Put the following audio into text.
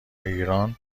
ایران